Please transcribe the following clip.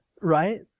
right